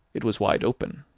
it was wide open.